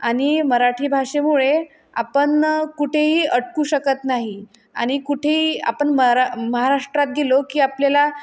आणि मराठी भाषेमुळे आपण कुठेही अडकू शकत नाही आणि कुठेही आपण मरा महाराष्ट्रात गेलो की आपल्याला